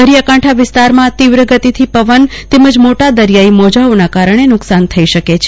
દરિયાકાંઠા વિસ્તારમાં તીવ્ર ગતિથી પવન તેમજ મોટા દરિયાઈ મોજાઓના કારણ નુકશાન થઈ શકે છે